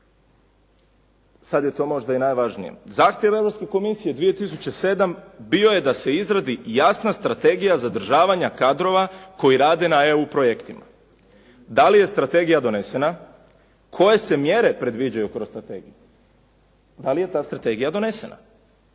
sad je to možda i najvažnije zahtjev Europske komisije 2007. bio je da se izradi jasna strategija zadržavanja kadrova koji rade na EU projektima. Da li je strategija donesena? Koje se mjere predviđaju kroz strategiju? Da li je ta strategija donesena